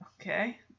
okay